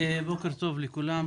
בוקר טוב לכולם.